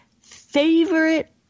favorite